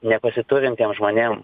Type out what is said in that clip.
nepasiturintiem žmonėm